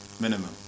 Minimum